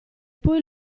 poi